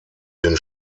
den